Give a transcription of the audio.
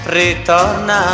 ritorna